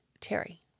Terry